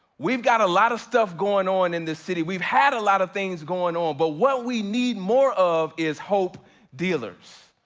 we've got a lot of stuff going on in the city. we've had a lot of things going on, but what we need more of, is hope dealers.